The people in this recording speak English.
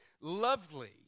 lovely